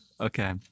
Okay